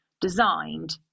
designed